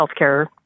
healthcare